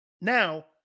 Now